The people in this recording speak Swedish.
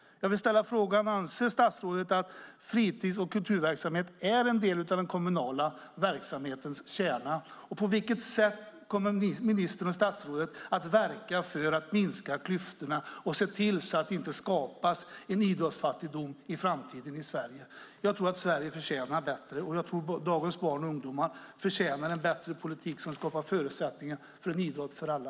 Jag vill ställa frågan: Anser statsrådet att fritids och kulturverksamhet är en del av den kommunala verksamhetens kärna? På vilket sätt kommer statsrådet att verka för att minska klyftorna och se till att det inte skapas en idrottsfattigdom i Sverige i framtiden? Sverige förtjänar bättre, och dagens barn och ungdomar förtjänar en bättre politik som skapar förutsättningar för en idrott för alla.